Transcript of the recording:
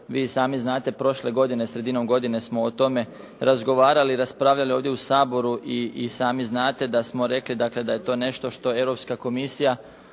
Vi sami znate, prošle godine, sredinom godine smo o tome razgovarali, raspravljali ovdje u Saboru i sami znate da smo rekli dakle da je to nešto što Europska komisija,